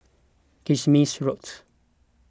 Kismis Road